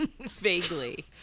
Vaguely